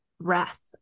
breath